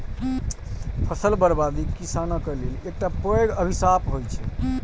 फसल बर्बादी किसानक लेल एकटा पैघ अभिशाप होइ छै